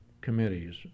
committees